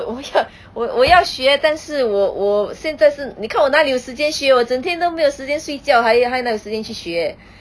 我要我我要学但是我我现在是你看我哪里有时间学我整天都没有时间睡觉还哪还哪有时间去学